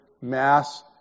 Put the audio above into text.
mass